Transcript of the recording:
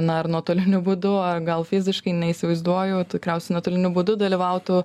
na ar nuotoliniu būdu a gal fiziškai neįsivaizduoju tikriausiai nuotoliniu būdu dalyvautų